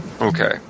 Okay